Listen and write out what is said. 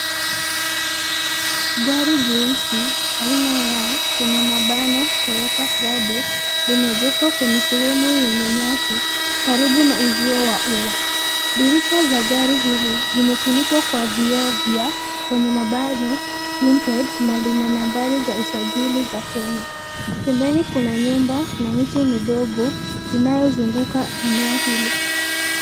Gari jeusi aina ya [Toyota Prado]limeegeshwa kwenye sehemu yenye nyasi karibu na uziwa wa ua. Dirisha za gari hili zimefunikwa kwa vioo vya[ tinted na lina nambari za usajili za Kenya. Pembeni kuna nyumba na miti midogo inayozunguka eneo hili.